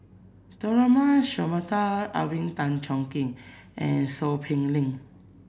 Tharman Shanmugaratnam Alvin Tan Cheong Kheng and Seow Peck Leng